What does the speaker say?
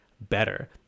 better